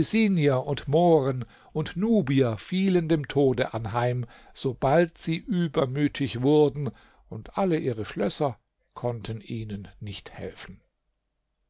abyssinier und mohren und nubier fielen dem tode anheim sobald sie übermütig wurden und alle ihre schlösser konnten ihnen nicht helfen